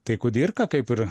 tai kudirka kaip ir